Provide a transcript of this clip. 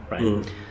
right